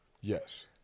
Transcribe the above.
Yes